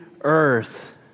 earth